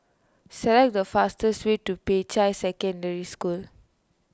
select the fastest way to Peicai Secondary School